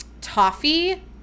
toffee